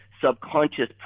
subconscious